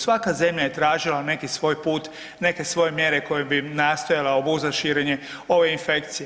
Svaka zemlja je tražila neki svoj put, neke svoje mjere koje bi im nastojala obuzdat širenje ove infekcije.